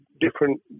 different